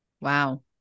wow